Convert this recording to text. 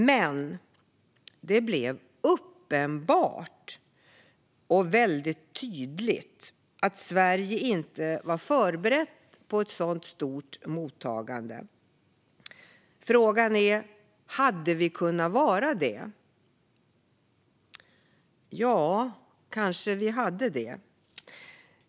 Men det blev uppenbart och tydligt att Sverige inte var förberett på ett så stort mottagande. Frågan är: Hade vi kunnat vara det? Ja, det hade vi kanske.